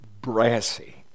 brassy